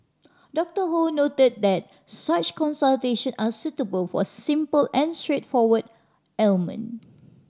Doctor Ho noted that such consultation are suitable for simple and straightforward ailment